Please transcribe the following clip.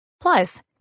Plus